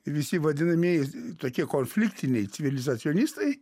visi vadinamieji tokie konfliktiniai civilizacionistai